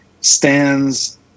stands